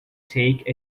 take